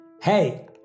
Hey